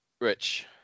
Rich